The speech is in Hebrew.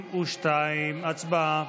52. הצבעה.